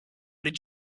did